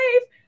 safe